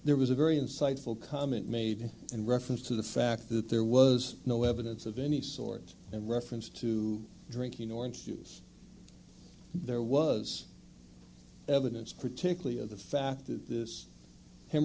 there was a very insightful comment made and reference to the fact that there was no evidence of any sort of reference to drinking or excuse there was evidence particularly of the fact that this h